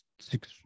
six